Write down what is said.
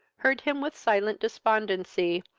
heard him with silent despondency,